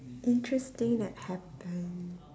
interesting that happen